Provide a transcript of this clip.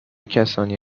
کسانی